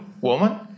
woman